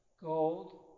gold